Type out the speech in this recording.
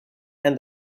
and